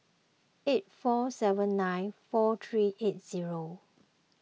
eight four seven nine four three eight zero